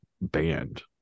band